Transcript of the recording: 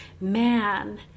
man